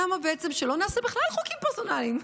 למה בעצם לא נעשה בכלל חוקים פרסונליים?